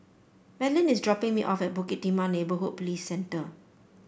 Madlyn is dropping me off at Bukit Timah Neighbourhood Police Centre